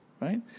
right